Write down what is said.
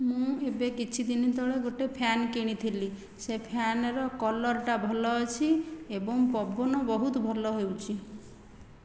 ମୁଁ ଏବେ କିଛି ଦିନି ତଳେ ଗୋଟିଏ ଫ୍ୟାନ୍ କିଣିଥିଲି ସେ ଫ୍ୟାନ୍ର କଲର୍ଟା ଭଲ ଅଛି ଏବଂ ପବନ ବହୁତ ଭଲ ହେଉଛି